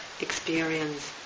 experience